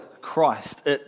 Christ